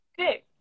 okay